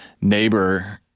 Neighbor